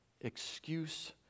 excuse